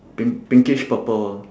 pink~ pinkish purple